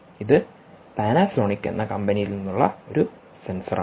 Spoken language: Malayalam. ഇത് പാനസോണിക് എന്ന കമ്പനിയിൽ നിന്നുള്ള ഒരു സെൻസറാണ്